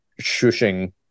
shushing